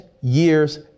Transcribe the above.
years